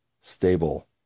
stable